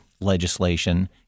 legislation